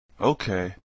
Okay